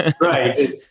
Right